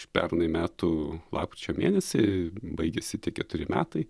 pernai metų lapkričio mėnesį baigėsi tie keturi metai